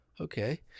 Okay